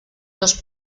los